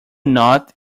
not